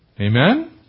Amen